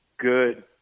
good